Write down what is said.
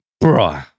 bro